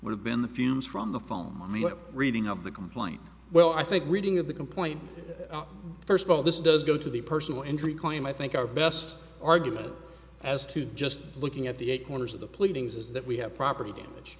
would have been the fumes from the foam but reading of the complaint well i think reading of the complaint first of all this does go to the personal injury claim i think our best argument as to just looking at the eight corners of the pleadings is that we have property damage